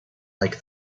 like